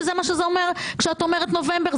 כשאת אומרת "נובמבר",